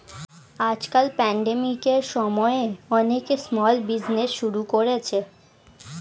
আজকাল প্যান্ডেমিকের সময়ে অনেকে স্মল বিজনেজ শুরু করেছে